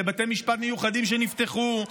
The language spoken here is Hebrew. לבתי משפט מיוחדים שנפתחו,